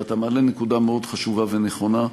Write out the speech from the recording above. ואתה מעלה נקודה מאוד חשובה ונכונה: